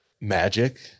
magic